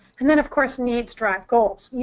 and then of course needs drive goals. yeah